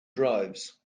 drives